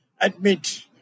admit